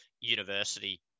university